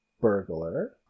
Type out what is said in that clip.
burglar